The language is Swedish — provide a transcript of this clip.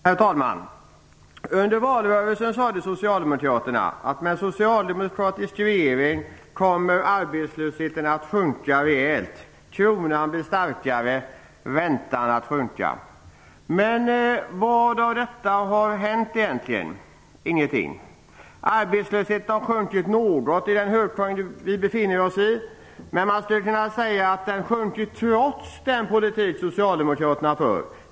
Herr talman! Under valrörelsen sade Socialdemokraterna att arbetslösheten kommer att sjunka rejält, kronan bli starkare och räntan sjunka med en socialdemokratisk regering. Vad av detta har egentligen hänt? Ingenting. Arbetslösheten har sjunkit något i den högkonjunktur vi befinner oss i, men man skulle kunna säga att den sjunker trots den politik Socialdemokraterna för.